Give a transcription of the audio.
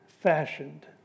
fashioned